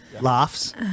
laughs